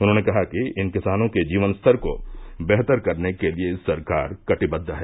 उन्होंने कहा कि इन किसानों के जीवन स्तर को बेहतर करने के लिए सरकार कटिबद्व है